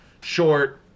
short